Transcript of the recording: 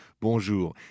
Bonjour